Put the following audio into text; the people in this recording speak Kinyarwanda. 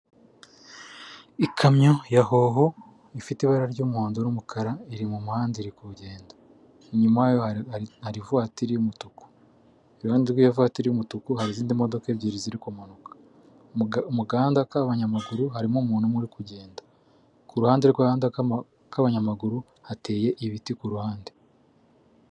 Ikamyo ya hoho ifite ibara ry'umuhondo n'umukara iri mu muhanda iri ku kugenda inyuma yayo hari ivuwatiri y'umutuku iruhande rw'iyo vuwatiri y'umutuku hari izindi modoka ebyiri ziri kumanuka mu gahanda k'abanyamaguru harimo umuntu umwe uri kugenda ku ruhande rw'agahanda k'abanyamaguru hateye ibiti kuruhande.